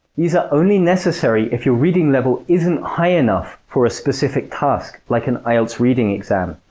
these are only necessary if your reading level isn't high enough for a specific task, like an ielts reading exam.